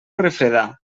refredar